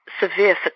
severe